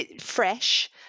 fresh